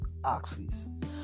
oxys